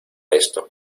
esto